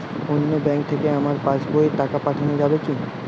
অন্য ব্যাঙ্ক থেকে আমার পাশবইয়ে টাকা পাঠানো যাবে কি?